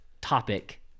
topic